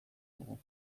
dugu